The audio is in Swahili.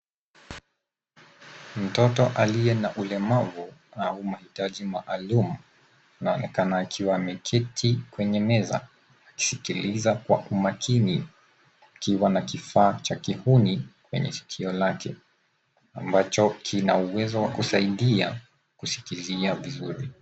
Mtoto aliye na ulemavu au mahitaji maalum anaonekana akiwa ameketi kwenye meza akisikiliza kwa umakini akiwa na kifaa cha kihuni kwenye sikio lake ambacho kina uwezo wa kusaidia kusikizia vizuri.